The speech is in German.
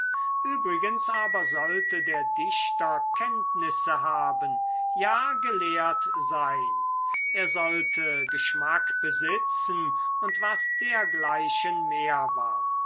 übrigens aber sollte der dichter kenntnisse haben ja gelehrt sein er sollte geschmack besitzen und was dergleichen mehr war